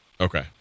Okay